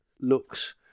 looks